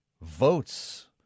votes